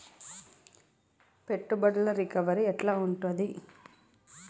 పెట్టుబడుల రికవరీ ఎట్ల ఉంటది?